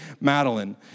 Madeline